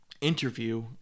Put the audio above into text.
interview